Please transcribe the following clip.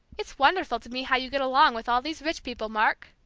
it's wonderful to me how you get along with all these rich people, mark,